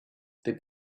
they